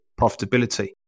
profitability